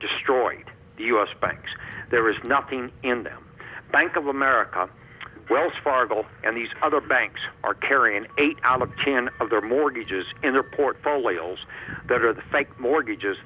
destroyed the u s banks there is nothing in them bank of america wells fargo and these other banks are carrying eight alexander of their mortgages in their portfolio holes that are the fake mortgages